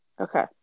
Okay